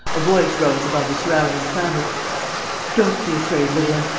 a voice rose above the surrounding clamour don't be afraid, little un.